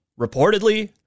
reportedly